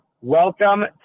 welcome